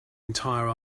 entire